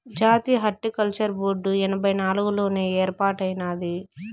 జాతీయ horticulture board ఎనభై నాలుగుల్లోనే ఏర్పాటైనాది